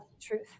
truth